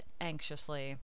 anxiously